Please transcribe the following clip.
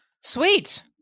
Sweet